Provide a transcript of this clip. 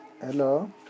Hello